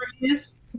reviews